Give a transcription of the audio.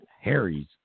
Harry's